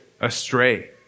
astray